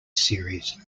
series